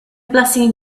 blessing